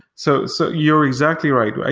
so so you're exactly right.